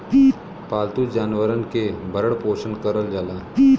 पालतू जानवरन के भरण पोसन करल जाला